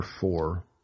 four